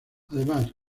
además